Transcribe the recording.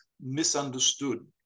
misunderstood